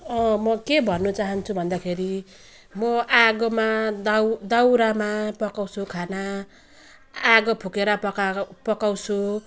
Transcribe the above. म के भन्नु चाहन्छु भन्दाखेरि म आगोमा दाउ दाउरामा पकाउँछु खाना आगो फुकेर पकाएको पकाउँछु